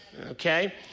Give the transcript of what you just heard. okay